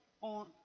on